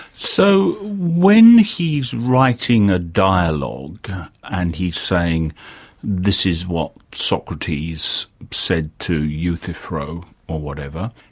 so, when he's writing a dialogue and he's saying this is what socrates said to euthyphro or whatever,